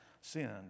sinned